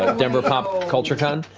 um denver pop culture con.